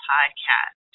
Podcast